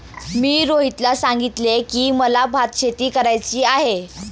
मी रोहितला सांगितले की, मला भातशेती करायची आहे